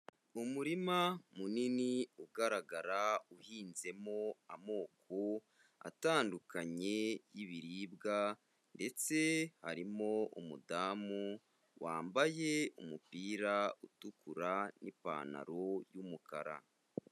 Umurima munini ugaragara uhinzemo amoko atandukanye y'ibiribwa ndetse harimo umudamu wambaye umupira utukura n'ipantaro y'umukara.